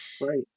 right